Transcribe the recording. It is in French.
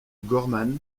gorman